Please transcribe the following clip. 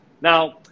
Now